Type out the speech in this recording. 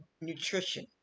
nutrition